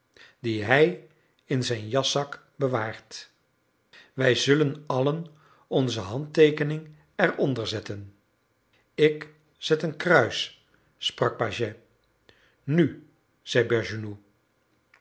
die hij in zijn jaszak bewaart wij zullen allen onze handteekening eronder zetten ik zet een kruis sprak pagès nu zeide